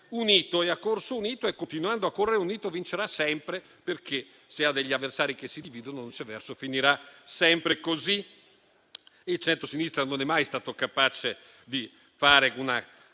unito, ha corso unito e continuando a correre unito vincerà sempre, perché, se ha degli avversari che si dividono, non c'è verso e finirà sempre così. Il centrosinistra non è mai stato capace di fare una